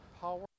power